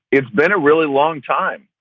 it's been a really long time.